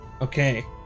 okay